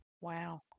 Wow